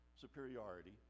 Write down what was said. superiority